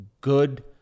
good